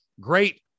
great